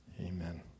Amen